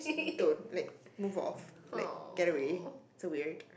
don't like move off like get away so weird